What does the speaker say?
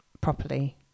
properly